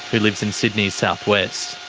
who lives in sydney's south-west.